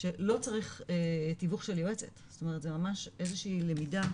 שלא צריך תיווך של יועצת, ז את אומרת זו מה איזושהי למידה,